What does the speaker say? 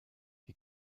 die